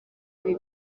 ibi